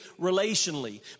relationally